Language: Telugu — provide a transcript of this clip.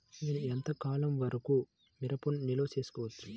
నేను ఎంత కాలం వరకు మిరపను నిల్వ చేసుకోవచ్చు?